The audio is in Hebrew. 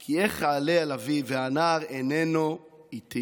כי איך אעלה אל אבי והנער איננו אִתי".